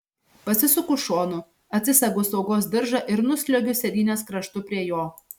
pasisuku šonu atsisegu saugos diržą ir nusliuogiu sėdynės kraštu prie jo